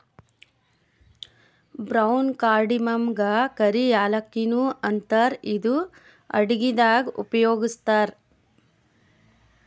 brown ಕಾರ್ಡಮಮಗಾ ಕರಿ ಯಾಲಕ್ಕಿ ನು ಅಂತಾರ್ ಇದು ಅಡಗಿದಾಗ್ ಉಪಯೋಗಸ್ತಾರ್